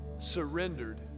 surrendered